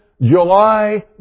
July